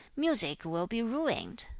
music will be ruined.